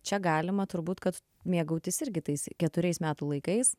čia galima turbūt kad mėgautis irgi tais keturiais metų laikais